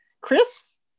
chris